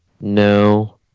No